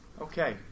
Okay